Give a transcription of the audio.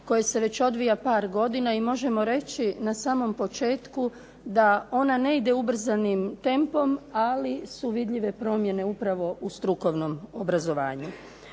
koje se već odvija par godina i možemo reći na samom početku da ona ne ide ubrzanim tempom, ali su vidljive promjene upravo u strukovnom obrazovanju.